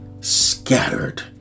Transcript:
scattered